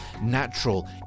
natural